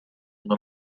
una